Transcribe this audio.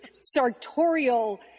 sartorial